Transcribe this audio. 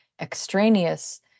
extraneous